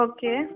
Okay